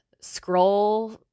scroll